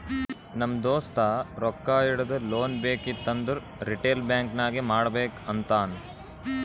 ನಮ್ ದೋಸ್ತ ರೊಕ್ಕಾ ಇಡದು, ಲೋನ್ ಬೇಕಿತ್ತು ಅಂದುರ್ ರಿಟೇಲ್ ಬ್ಯಾಂಕ್ ನಾಗೆ ಮಾಡ್ಬೇಕ್ ಅಂತಾನ್